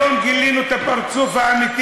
עכשיו, היום גילינו, אגיב תכף.